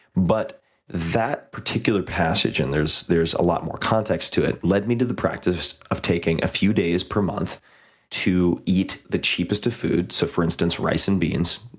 but that particular passage and there's there's a lot more context to it led me to the practice of taking a few days per month to eat the cheapest of food so, for instance, rice and beans,